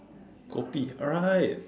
kopi oh right